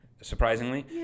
surprisingly